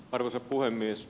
arvoisa puhemies